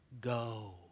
Go